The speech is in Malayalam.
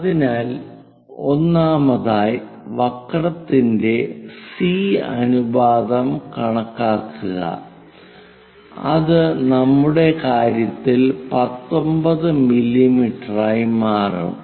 അതിനാൽ ഒന്നാമതായി വക്രത്തിന്റെ സി അനുപാതം കണക്കാക്കുക അത് നമ്മുടെ കാര്യത്തിൽ 19 മില്ലീമീറ്ററായി മാറും